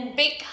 big